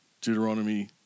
Deuteronomy